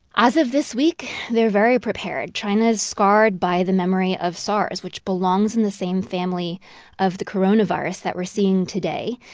as of this week, they're very prepared. china's scarred by the memory of sars, which belongs in the same family of the coronavirus that we're seeing today.